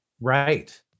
Right